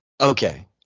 Okay